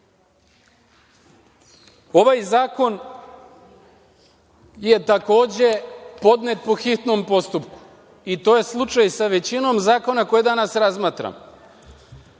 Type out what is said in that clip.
to. Ovaj zakon je takođe podnet po hitnom postupku. To je slučaj sa većinom zakona koje danas razmatramo.